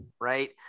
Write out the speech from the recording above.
right